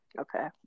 Okay